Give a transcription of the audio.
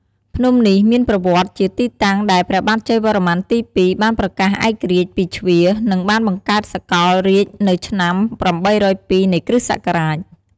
ភ្នំនេះមានប្រវត្តិ ជាទីតាំងដែលព្រះបាទជ័យវរ្ម័នទី២ បានប្រកាសឯករាជ្យពីជ្វា និងបានបង្កើតសកលរាជ្យនៅឆ្នាំ ៨០២ នៃគ.ស.។